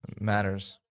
matters